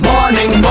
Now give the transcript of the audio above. Morning